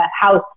house